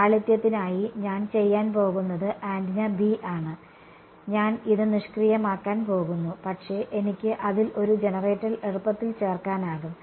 ലാളിത്യത്തിനായി ഞാൻ ചെയ്യാൻ പോകുന്നത് ആന്റിന B ആണ് ഞാൻ ഇത് നിഷ്ക്രിയമാക്കാൻ പോകുന്നു പക്ഷേ എനിക്ക് അതിൽ ഒരു ജനറേറ്റർ എളുപ്പത്തിൽ ചേർക്കാനാകും